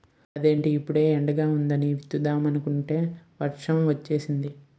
అదేటి ఇప్పుడే ఎండగా వుందని విత్తుదామనుకుంటే వర్సమొచ్చేతాంది